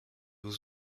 was